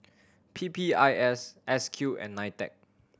P P I S S Q and NITEC